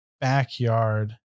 backyard